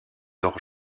hors